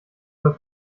soll